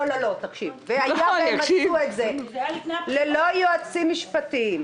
אם הם הציגו את זה ללא יועצים משפטיים,